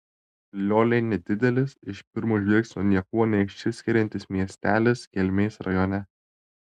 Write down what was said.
lioliai nedidelis iš pirmo žvilgsnio niekuo neišsiskiriantis miestelis kelmės rajone